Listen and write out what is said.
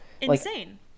insane